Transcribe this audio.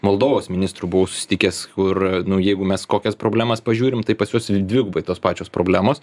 moldovos ministru buvau susitikęs kur nu jeigu mes kokias problemas pažiūrim tai pas juos dvigubai tos pačios problemos